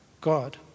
God